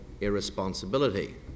irresponsibility